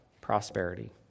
prosperity